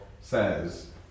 says